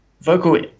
vocal